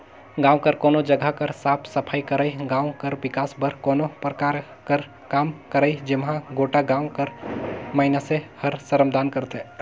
गाँव कर कोनो जगहा कर साफ सफई करई, गाँव कर बिकास बर कोनो परकार कर काम करई जेम्हां गोटा गाँव कर मइनसे हर श्रमदान करथे